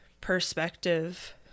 perspective